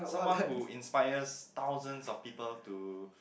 someone who inspires thousands of people to